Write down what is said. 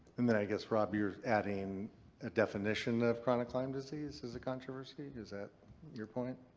and then i guess rob, you're adding a definition of chronic lyme disease as a controversy? is that your point?